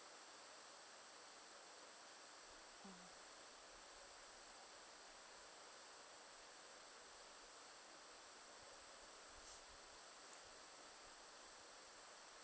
mm